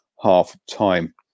half-time